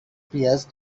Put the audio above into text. pears